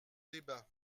débat